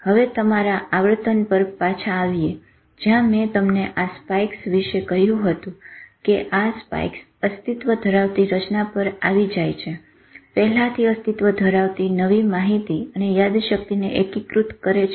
હવે તમારા આવર્તન પર પાછા આવીએ જ્યાં મેં તમને આ સ્પાઈક્સ વિશે કહ્યું હતું કે આ સ્પાઈક્સ અસ્તિત્વ ધરાવતી રચના પર આવી જાય છે પહેલાથી અસ્તિત્વ ધરાવતી નવી માહિતી અને યાદશક્તિને એકીકૃત કરે છે